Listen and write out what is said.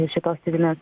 šitos civilinės